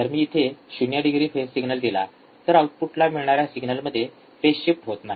जर मी इथे ० डिग्री फेज सिग्नल दिला तर आऊटपुटला मिळणाऱ्या सिग्नलमध्ये फेज शिफ्ट होत नाही